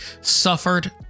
suffered